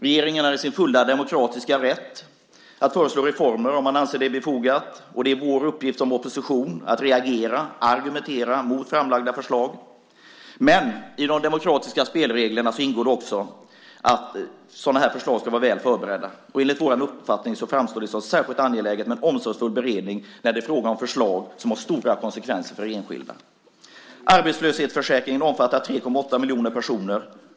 Regeringen är i sin fulla demokratiska rätt att föreslå reformer om de anser det befogat, och det är vår uppgift som opposition att reagera och argumentera mot framlagda förslag. Men i de demokratiska spelreglerna ingår också att förslag ska vara väl förberedda. Enligt vår uppfattning framstår det som särskilt angeläget med en omsorgsfull beredning när det är fråga om förslag som får stora konsekvenser för enskilda. Arbetslöshetsförsäkringen omfattar 3,8 miljoner personer.